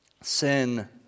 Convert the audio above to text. Sin